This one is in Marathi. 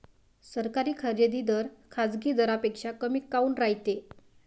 सरकारी खरेदी दर खाजगी दरापेक्षा कमी काऊन रायते?